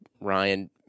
Ryan